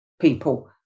people